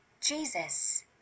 Jesus